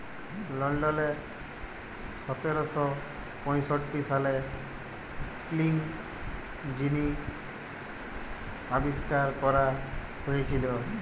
লল্ডলে সতের শ পঁয়ষট্টি সালে ইস্পিলিং যিলি আবিষ্কার ক্যরা হঁইয়েছিল